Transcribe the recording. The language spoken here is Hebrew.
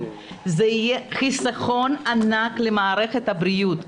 זה יהיה חיסכון ענק למערכת הבריאות.